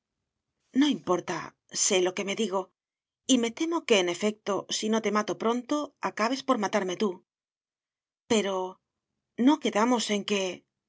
no importa sé lo que me digo y me temo que en efecto si no te mato pronto acabes por matarme tú pero no quedamos en que